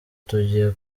tugiye